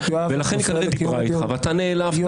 חבר כנסת אחד במפלגה אחת -- תודה,